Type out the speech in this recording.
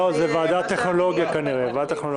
זה לוועדת מדע וטכנולוגיה.